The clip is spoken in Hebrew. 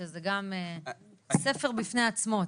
שזה ספר בפני עצמו.